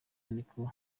ariko